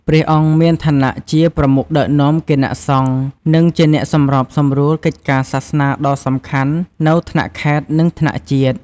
ព្រះអង្គមានឋានៈជា ប្រមុខដឹកនាំគណៈសង្ឃ និងជាអ្នកសម្របសម្រួលកិច្ចការសាសនាដ៏សំខាន់ នៅថ្នាក់ខេត្ត និងថ្នាក់ជាតិ។